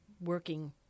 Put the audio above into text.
working